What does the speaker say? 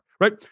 Right